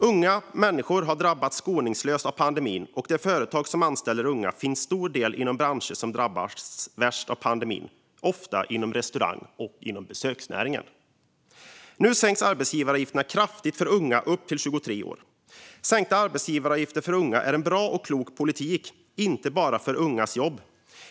Unga människor har drabbats skoningslöst av pandemin, och de företag som anställer unga finns till stor del inom branscher som drabbats värst av pandemin, ofta inom restaurang och besöksnäringen. Nu sänks arbetsgivaravgifterna kraftigt för unga upp till 23 år. Sänkta arbetsgivaravgifter för unga är en bra och klok politik, inte bara för ungas jobb.